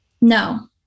No